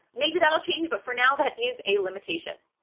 maybe that'll change, but for now, that is a limitation.